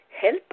help